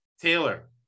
Taylor